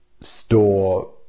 store